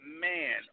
man